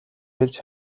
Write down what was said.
хэлж